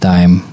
Time